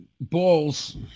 balls